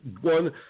one